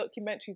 documentaries